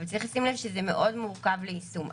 אבל צריך לשים לב שזה מאוד מורכב ליישום.